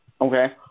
Okay